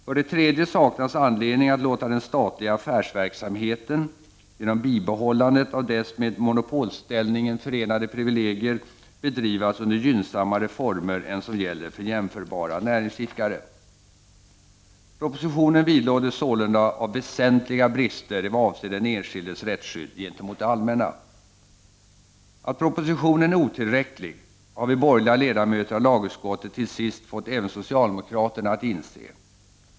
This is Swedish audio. För det tredje saknas anledning att låta den statliga affärsverksamheten — genom bibehållandet av dess med monopolställningen förenade privilegier — bedrivas under gynnsammare former än som gäller för jämförbara näringsidkare. Propositionen vidlådes sålunda av väsentliga brister i vad avser den enskildes rättsskydd gentemot det allmänna. Att propositionen är otillräcklig har vi borgerliga ledamöter av lagutskottet till sist fått även socialdemokraterna att inse.